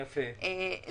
יפה.